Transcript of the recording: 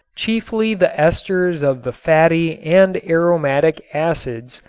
chiefly the esters of the fatty and aromatic acids,